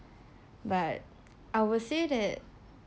but I would say that